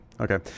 Okay